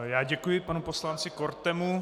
Já děkuji panu poslanci Kortemu.